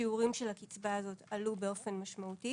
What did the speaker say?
השיעורים של הקצבה הזאת עלו באופן משמעותי